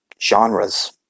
Genres